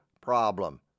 problem